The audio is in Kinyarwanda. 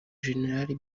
jenerali